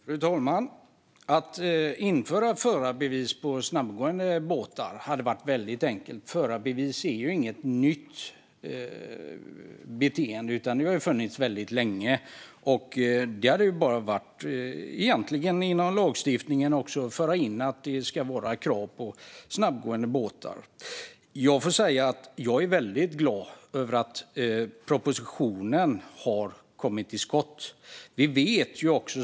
Fru talman! Att införa förarbevis för snabbgående båtar hade varit enkelt. Förarbevis är inte något nytt, utan de har funnits länge. Det hade varit lätt att föra in krav på förarbevis för snabbgående båtar i lagstiftningen. Jag är glad över att regeringen har kommit till skott med en proposition.